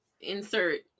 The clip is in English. insert